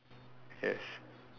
yes